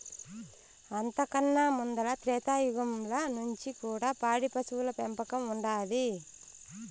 అంతకన్నా ముందల త్రేతాయుగంల నుంచి కూడా పాడి పశువుల పెంపకం ఉండాది